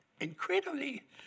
Incredibly